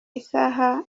isaha